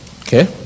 Okay